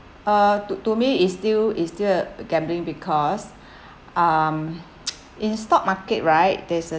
uh to to me it's still it's still gambling because um in stock market right there's a